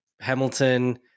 Hamilton